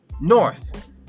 North